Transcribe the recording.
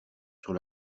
sur